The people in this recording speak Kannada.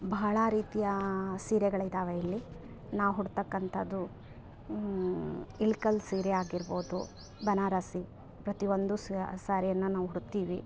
ಭಾಳ ರೀತಿಯ ಸೀರೆಗಳು ಇದಾವೆ ಇಲ್ಲಿ ನಾವು ಉಡ್ತಕ್ಕಂಥದ್ದು ಇಳ್ಕಲ್ ಸೀರೆ ಆಗಿರ್ಬೋದು ಬನಾರಸಿ ಪ್ರತಿಯೊಂದು ಸಾರಿಯನ್ನು ನಾವು ಉಡ್ತೀವಿ